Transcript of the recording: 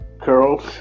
curls